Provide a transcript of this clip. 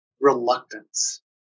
reluctance